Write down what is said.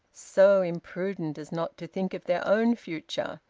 so imprudent as not to think of their own future,